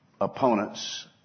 opponents